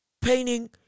painting